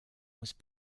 was